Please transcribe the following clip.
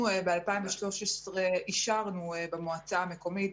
אנחנו ב-2013 אישרנו במועצה המקומית,